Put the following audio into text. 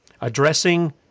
addressing